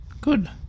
Good